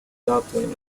godwin